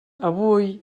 avui